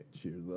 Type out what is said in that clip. cheers